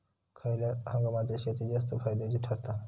खयल्या हंगामातली शेती जास्त फायद्याची ठरता?